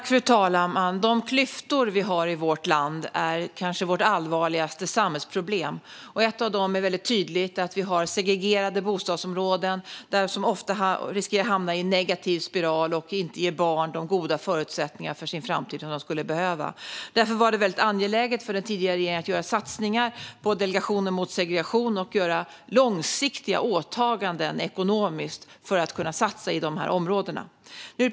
Fru talman! De klyftor vi har i vårt land är kanske vårt allvarligaste samhällsproblem. Ett tydligt problem är att det finns segregerade bostadsområden där man ofta riskerar att hamna i en negativ spiral och inte kan ge barn de goda förutsättningar för framtiden som de skulle behöva. Det var därför angeläget för den förra regeringen att göra satsningar på Delegationen mot segregation och göra ekonomiskt långsiktiga åtaganden för att kunna satsa i dessa områden.